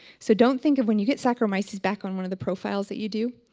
so don't think of when you get saccharomyces back on one of the profiles that you do,